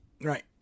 Right